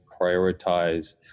prioritize